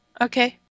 Okay